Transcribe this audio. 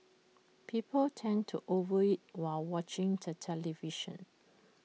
people tend to over eat while watching the television